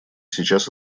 сейчас